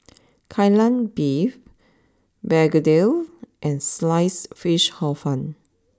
Kai Lan Beef Begedil and sliced Fish Hor fun